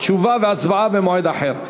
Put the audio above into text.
תשובה והצבעה במועד אחר.